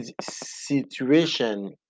situation